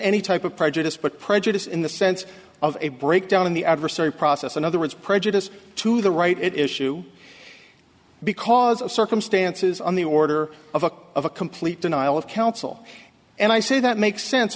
any type of prejudice but prejudice in the sense of a breakdown in the adversary process in other words prejudice to the right it is shu because of circumstances on the order of a complete denial of counsel and i say that